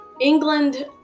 England